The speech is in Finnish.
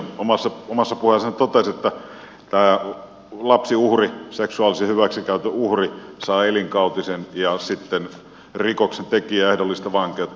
omassa puheessaan hän totesi että tämä lapsiuhri seksuaalisen hyväksikäytön uhri saa elinkautisen ja sitten rikoksentekijä ehdollista vankeutta